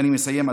ואני מסיים,